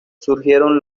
surgieron